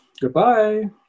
Goodbye